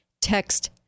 text